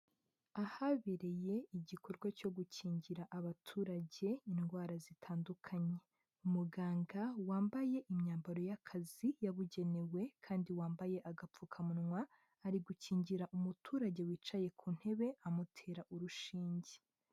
Ahabereye igikorwa cyo gukingira abaturage indwara zitandukanye, umuganga wambaye imyambaro y'akazi yabugenewe kandi wambaye agapfukamunwa ari gukingira umuturage wicaye ku ntebe amutera urushinge.